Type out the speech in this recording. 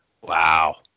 Wow